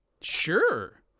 Sure